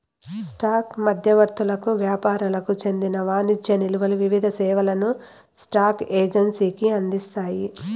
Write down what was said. stock మధ్యవర్తులకు యాపారులకు చెందిన వాణిజ్య నిల్వలు వివిధ సేవలను స్పాక్ ఎక్సేంజికి అందిస్తాయి